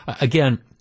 again